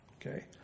Okay